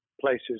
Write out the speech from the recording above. places